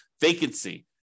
vacancy